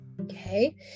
Okay